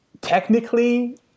technically